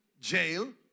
jail